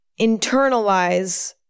internalize